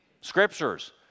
Scriptures